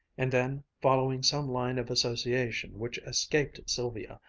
and then, following some line of association which escaped sylvia,